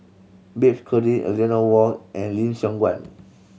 Bafe Conde Eleanor Wong and Lim Siong Guan